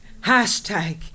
hashtag